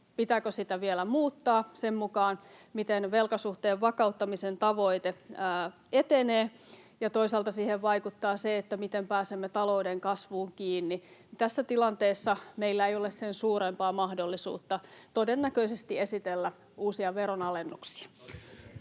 pitääkö sitä vielä muuttaa sen mukaan, miten velkasuhteen vakauttamisen tavoite etenee, ja toisaalta siihen vaikuttaa se, miten pääsemme talouden kasvuun kiinni. Tässä tilanteessa meillä ei ole todennäköisesti sen suurempaa mahdollisuutta esitellä uusia veronalennuksia.